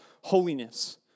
holiness